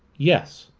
yes,